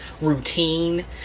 routine